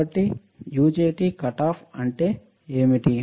కాబట్టి UGET cutoff cutoff అంటే ఏమిటి